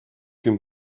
him